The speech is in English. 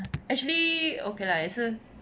actually okay lah 也是